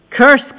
Curse